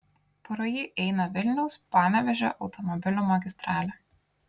pro jį eina vilniaus panevėžio automobilių magistralė